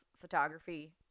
photography